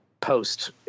Post